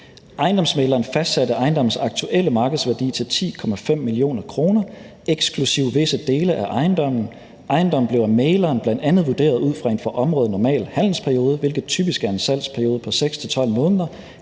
Ejendomsmægleren fastsatte ejendommens aktuelle markedsværdi til 10,5 mio. kr., eksklusive visse dele af ejendommen, og ejendommen blev af mægleren bl.a. vurderet ud fra en for området normal handelsperiode, hvilket typisk er en salgsperiode på 6-12 måneder.